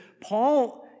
Paul